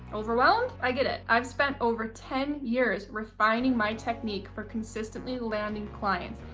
overwhelmed? i get it. i've spent over ten years refining my technique for consistently landing clients.